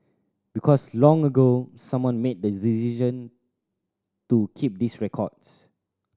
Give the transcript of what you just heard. because long ago someone made the decision to keep these records